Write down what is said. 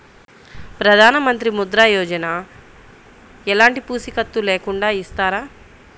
ప్రధానమంత్రి ముద్ర యోజన ఎలాంటి పూసికత్తు లేకుండా ఇస్తారా?